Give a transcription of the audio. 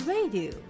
Radio